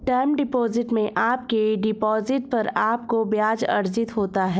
term deposit में आपके deposit पर आपको ब्याज़ अर्जित होता है